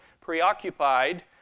preoccupied